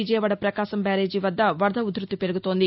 Vijayawada Prakasam barrage వద్ద వరద ఉధృతి పెరుగుతోంది